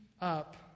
up